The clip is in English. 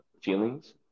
feelings